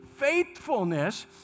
faithfulness